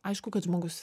aišku kad žmogus